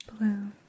blue